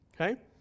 okay